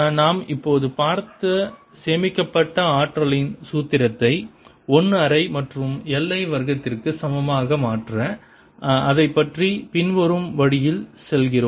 நாம் இப்போது பார்த்த சேமிக்கப்பட்ட ஆற்றலின் சூத்திரத்தை 1 அரை மற்றும் LI வர்க்கத்திற்கு சமமாக மாற்ற அதைப் பற்றி பின்வரும் வழியில் செல்கிறோம்